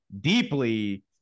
deeply